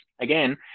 again